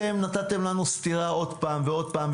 אתם נתתם לנו סטירה עוד פעם ועוד פעם,